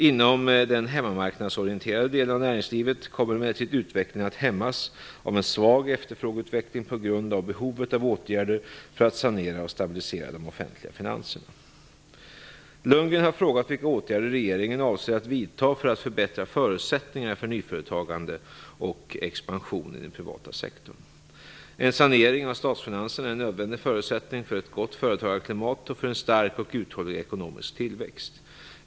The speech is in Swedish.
Inom den hemmamarknadsorienterade delen av näringslivet kommer emellertid utvecklingen att hämmas av en svag efterfrågeutveckling på grund av behovet av åtgärder för att sanera och stabilisera de offentliga finanserna. En sanering av statsfinanserna är en nödvändig förutsättning för ett gott företagarklimat och för en stark och uthållig ekonomisk tillväxt.